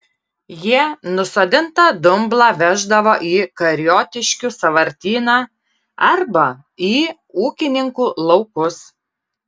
jie nusodintą dumblą veždavo į kariotiškių sąvartyną arba į ūkininkų laukus